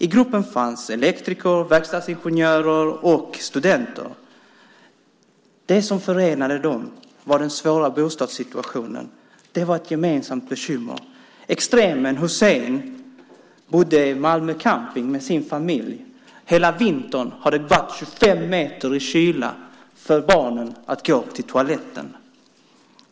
I gruppen fanns elektriker, verkstadsingenjörer och studenter. Det som förenade dem var den svåra bostadssituationen. Det var ett gemensamt bekymmer. Extremen Hussein bodde på Malmö camping med sin familj. Hela vintern har barnen fått gå 25 meter i kyla för att komma till toaletten.